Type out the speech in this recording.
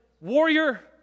warrior